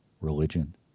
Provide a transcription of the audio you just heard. religion